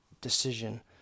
decision